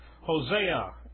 Hosea